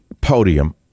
podium